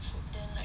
food deal like